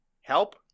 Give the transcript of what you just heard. Help